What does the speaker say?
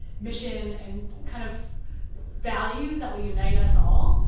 mission and kind of values that will unite us all.